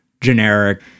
generic